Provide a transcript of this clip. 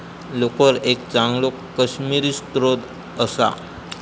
लोकर एक चांगलो काश्मिरी स्त्रोत असा